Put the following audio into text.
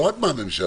לא רק מה הממשלה,